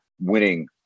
winning